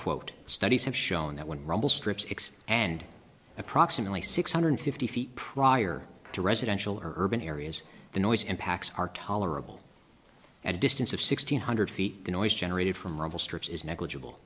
quote studies have shown that when rumble strips x and approximately six hundred fifty feet prior to residential urban areas the noise impacts are tolerable at a distance of sixteen hundred feet the noise generated from rumble strips is negligible